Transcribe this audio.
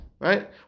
Right